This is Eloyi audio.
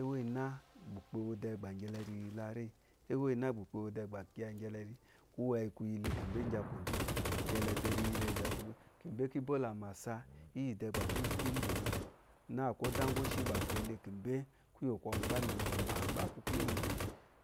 Ewó yìná bɔkɔn gèlé kìyé lé kíbèkí bò lá àmásá íbé bákú dú bɔkɔn kùwéyí kùyélé mbé yìlé ibé íbó lá àmásá dé kìzúkí bɔwúgù ná kó dá ngɔ shi bɔkwɔ kúyè lé kùbé kùbé